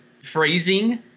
phrasing